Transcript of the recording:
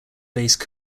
based